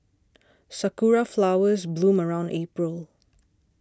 sakura flowers bloom around April